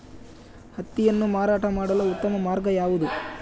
ಹತ್ತಿಯನ್ನು ಮಾರಾಟ ಮಾಡಲು ಉತ್ತಮ ಮಾರ್ಗ ಯಾವುದು?